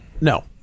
no